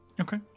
Okay